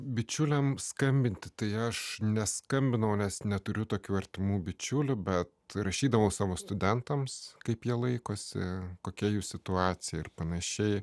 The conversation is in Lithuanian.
bičiuliams skambinti tai aš neskambinau nes neturiu tokių artimų bičiulių bet rašydavau savo studentams kaip jie laikosi kokia jų situacija ir pan